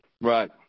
Right